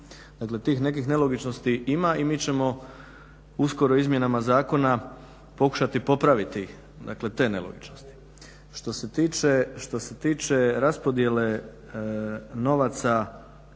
Dakle tih nekih nelogičnosti ima i mi ćemo uskoro izmjenama zakona pokušati popraviti te nelogičnosti. Što se tiče raspodjele novaca